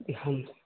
ہم